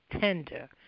tender